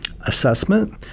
assessment